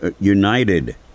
united